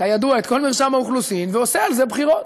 כידוע, את כל מרשם האוכלוסין, ועושה על זה בחירות,